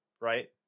Right